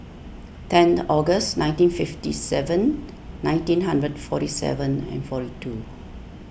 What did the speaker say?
ten August nineteen fifty seven nineteen hundred forty seven and forty two